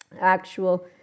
actual